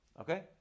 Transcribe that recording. Okay